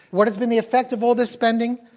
what has been the effect of all this spending?